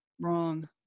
Wrong